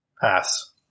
Pass